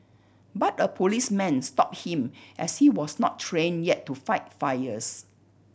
but a policeman stopped him as he was not trained yet to fight fires